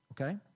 okay